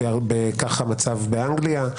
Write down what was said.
כך המצב באנגליה,